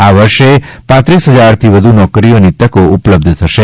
આ વર્ષે પાંત્રીસ ફજારથી વધુ નોકરીની તકો ઉપલબ્ધ થશે